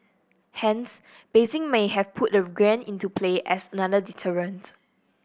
hence Beijing may have put the yuan into play as another deterrent